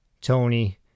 Tony